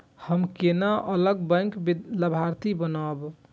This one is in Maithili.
हम केना अलग बैंक लाभार्थी बनब?